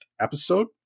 episode